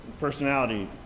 personality